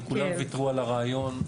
וכולם ויתרו על הרעיון,